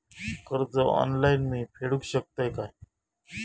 कर्ज ऑनलाइन मी फेडूक शकतय काय?